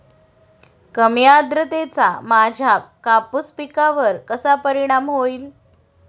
कमी आर्द्रतेचा माझ्या कापूस पिकावर कसा परिणाम होईल?